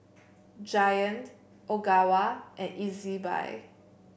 Giant Ogawa and Ezbuy